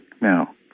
now